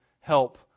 help